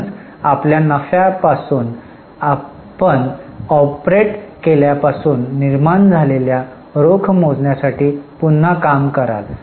म्हणूनच आपल्या नफ्यापासून आपण ऑपरेट केल्यापासून निर्माण झालेल्या रोख मोजण्यासाठी पुन्हा काम कराल